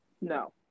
No